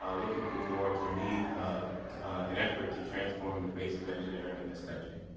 um looking for more to lead an effort to transform the face of engineering in this country.